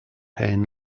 hen